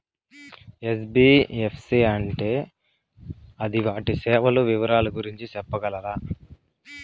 NBFC అంటే అది వాటి సేవలు వివరాలు గురించి సెప్పగలరా?